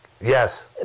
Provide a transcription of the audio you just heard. Yes